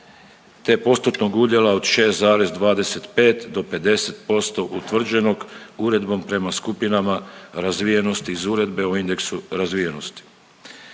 te postotnog udjela od 6,25 do 50% utvrđenog uredbom prema skupinama razvijenosti iz uredbe u indeksu razvijenosti.